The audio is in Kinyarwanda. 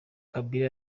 kabila